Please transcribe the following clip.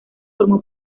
formó